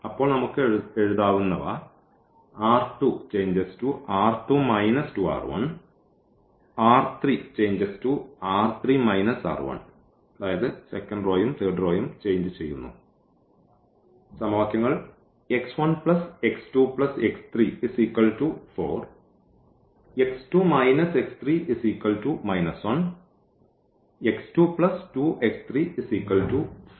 അപ്പോൾ നമുക്ക് എഴുതാവുന്നവ എന്നിങ്ങനെയാണ്